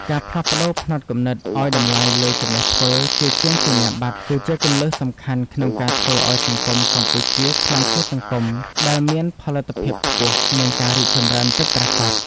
ការផ្លាស់ប្តូរផ្នត់គំនិតឱ្យតម្លៃលើចំណេះធ្វើ ជាជាងសញ្ញាបត្រ គឺជាគន្លឹះសំខាន់ក្នុងការធ្វើឱ្យសង្គមកម្ពុជាក្លាយជាសង្គមដែលមានផលិតភាពខ្ពស់ និងការរីកចម្រើនពិតប្រាកដ។